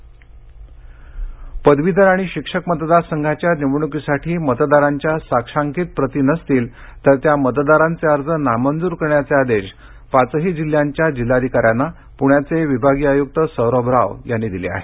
पदवीधर अर्ज पदवीधर आणि शिक्षक मतदार संघाच्या निवडणुकीसाठी मतदारांच्या साक्षांकित प्रती नसतील तर त्या मतदारांचे अर्ज नामंजूर करण्याचे आदेश पाचही जिल्ह्यांच्या जिल्हाधिकाऱ्यांना पुण्याचे विभागीय आयुक्त सौरभ राव यांनी दिले आहेत